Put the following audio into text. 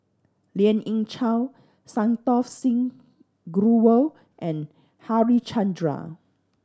Lien Ying Chow Santokh Singh Grewal and Harichandra